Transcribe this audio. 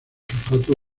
sulfato